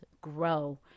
grow